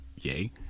yay